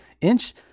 Inch